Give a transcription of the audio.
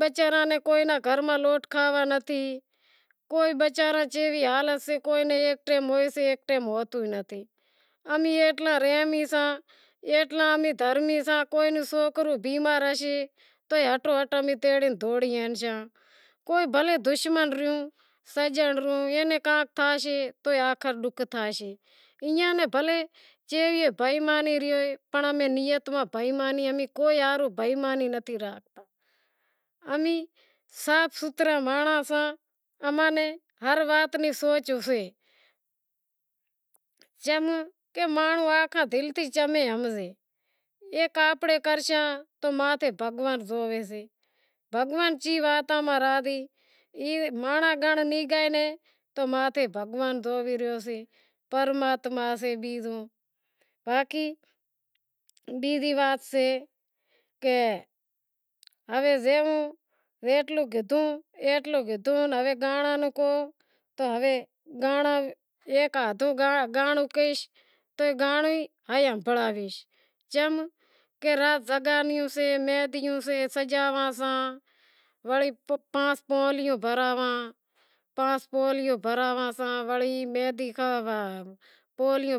وچاراں نیں گھراں روٹ کھاواں نتھی، کوئی وچاراں نی کیوی حالت سے کوئی نیں ایک ٹیم ہوئیسےے تو ایک ٹیم ہوئیتو ئی نتھی، امیں ایتلا رحمی ساں ایتلا دھرمی ساں کہ کوئی رو سوکرو بیمار ہائیسے تو ئی امیں اٹو اٹ تیڑے دہوڑی ہلشاں، کوئی بھلویں دشمن ریوں، سنجنڑ ریوں اینا کانک تھیسے تو آخر ڈوکھ تھیشے، ایئاں ری بھلیں نیت میں بی ایمانی تھی پنڑ امیں کوئی ہاروں بی ایمانیی نتھی راکھاں امیں صاف ستھرا مانڑاں ساں اماں نیں ہر وات ری سوچ سے ایک آنپڑیں کرشاں تو ماتھے بھگوان زوئےسے، بھگوان کی واتاں ماں راضی ای مانڑاں گنڑ نیں گائیں پنڑ ماتھے بھگواں ماتھے زوئی ریو سے پرماتما سے، پانس پہلیوں